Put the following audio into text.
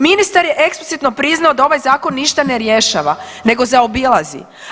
Ministar je eksplicitno priznao da ovaj zakon ništa ne rješava nego zaobilazi.